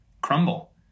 crumble